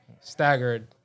staggered